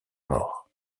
mort